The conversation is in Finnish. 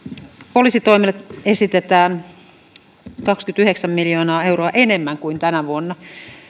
poliisitoimelle esitetään kaksikymmentäyhdeksän miljoonaa euroa enemmän kuin tänä vuonna